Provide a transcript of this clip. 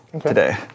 today